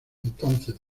entonces